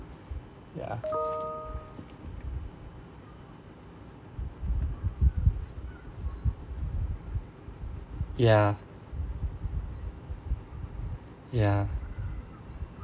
ya ya ya